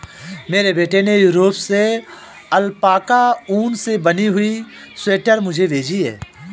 मेरे बेटे ने यूरोप से अल्पाका ऊन से बनी हुई स्वेटर मुझे भेजी है